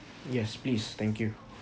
yes please thank you